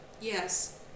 Yes